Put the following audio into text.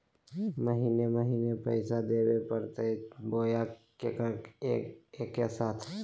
महीने महीने पैसा देवे परते बोया एके साथ?